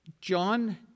John